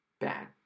Bad